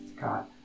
God